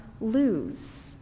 lose